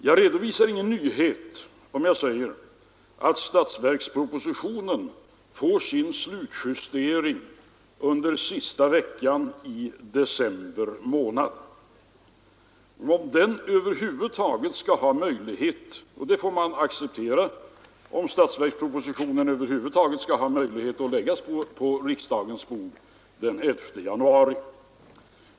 Jag redovisar ingen nyhet om jag säger att statsverkspropositionen får sin slutjustering under sista veckan i december månad för att det över huvud taget skall vara möjligt — och det får man acceptera — att lägga statsverkspropositionen på riksdagens bord den 11 januari.